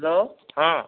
hello ହଁ